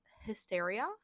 hysteria